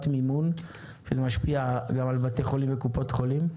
מימון שמשפיע על בתי חולים וקופות חולים.